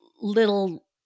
little